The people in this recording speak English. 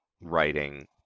writing